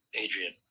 Adrian